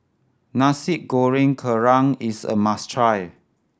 Nasi Goreng Kerang is a must try